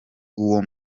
uwo